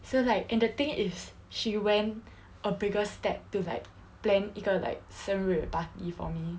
so like and the thing is she went a bigger step to like plan 一个 like 生日 party for me